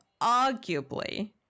arguably